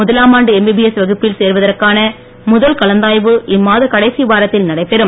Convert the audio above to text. முதலாமாண்டு எம்பிபிஎஸ் வகுப்பில் சேருவதற்கான முதல் கலந்தாய்வு இம்மாதக் கடைசி வாரத்தில் நடைபெறும்